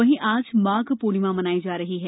वहीं आज माघ पूर्णिमा मनाई जा रही है